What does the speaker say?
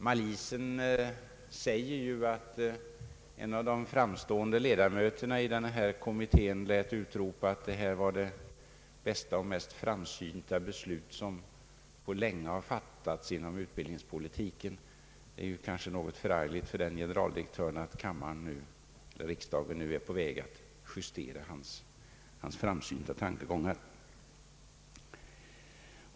Malisen säger ju att en av de framstående ledamöterna av kommittén lät utropa att detta var det bästa och mest framsynta beslut som på länge fattats inom utbildningspolitiken. Det är kanske något förargligt för den generaldirektören att riksdagen nu är på väg att justera hans framsynta tankegångar.